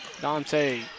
Dante